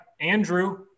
Andrew